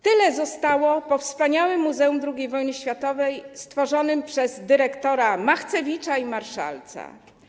Tyle zostało po wspaniałym Muzeum II Wojny Światowej stworzonym przez dyrektorów Machcewicza i Marszalca.